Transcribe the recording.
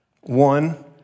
One